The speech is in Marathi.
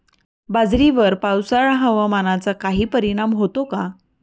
बाजरीवर पावसाळा हवामानाचा काही परिणाम होतो का?